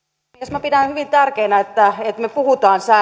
minä pidän hyvin tärkeänä että me puhumme